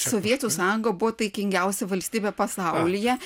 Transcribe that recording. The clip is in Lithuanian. sovietų sąjunga buvo taikingiausia valstybė pasaulyje